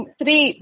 three